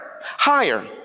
higher